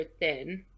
thin